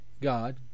God